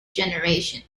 generation